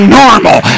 normal